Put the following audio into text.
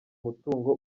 mutungo